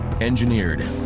Engineered